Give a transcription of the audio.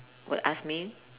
will ask me